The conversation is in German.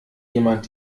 jemand